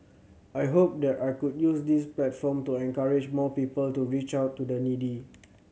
I hope that I could use this platform to encourage more people to reach out to the needy